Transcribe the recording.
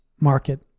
market